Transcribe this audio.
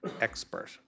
expert